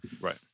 right